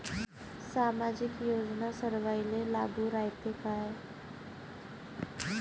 सामाजिक योजना सर्वाईले लागू रायते काय?